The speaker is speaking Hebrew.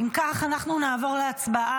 אם כך, אנחנו נעבור להצבעה.